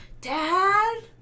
Dad